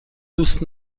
دوست